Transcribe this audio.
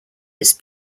its